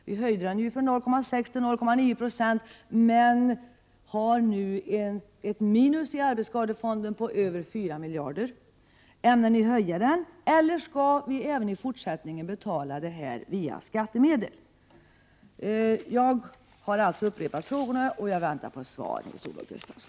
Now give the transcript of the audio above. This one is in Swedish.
Vi höjde ju avgiften från 0,6 till 0,9 96, men har nu ett minus i arbetsskadefonden på över 4 miljarder. Ämnar ni höja avgiften eller skall vi även i fortsättningen betala via skattemedel? Jag har alltså upprepat frågorna, och jag väntar på svar, Nils-Olof Gustafsson.